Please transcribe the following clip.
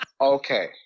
Okay